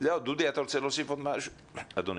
דודי אתה רוצה להוסיף עוד משהו אדוני?